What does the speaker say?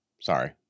sorry